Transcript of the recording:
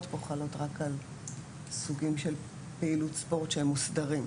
חלות רק על סוגים של פעילות ספורט שהם מוסדרים.